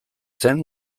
zen